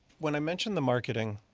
when i mentioned the marketing,